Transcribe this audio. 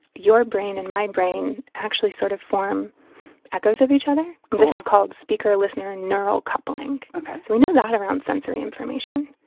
your brain and my brain actually sort of form echoes of each other cool this is called speaker-listener neural coupling ok so we know that around sensory information.